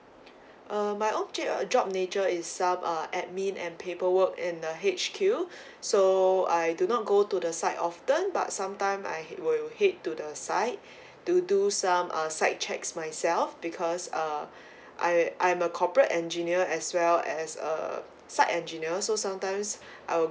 uh my object uh job nature itself are admin and paperwork in the H_Q so I do not go to the site often but sometime I head will head to the site to do some uh site checks myself because uh I I'm a corporate engineer as well as a site engineer so sometimes I will